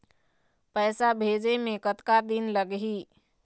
पैसा भेजे मे कतका दिन लगही?